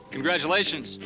Congratulations